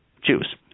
choose